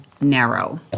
narrow